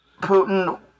Putin